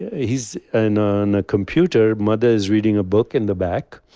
he's and on a computer. mother is reading a book in the back,